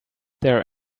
there